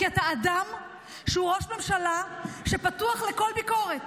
כי אתה אדם שהוא ראש ממשלה שפתוח לכל ביקורת.